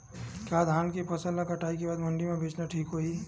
का धान के फसल ल कटाई के बाद मंडी म बेचना ठीक होही?